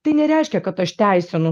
tai nereiškia kad aš teisinu